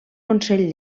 consell